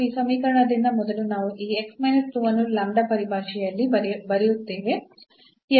ಈ ಸಮೀಕರಣದಿಂದ ಮೊದಲು ನಾವು ಈ ಅನ್ನು ಪರಿಭಾಷೆಯಲ್ಲಿ ಬರೆಯುತ್ತೇವೆ